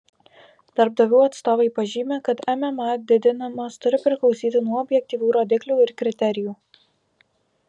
darbdavių atstovai pažymi kad mma didinimas turi priklausyti nuo objektyvių rodiklių ir kriterijų